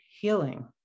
healing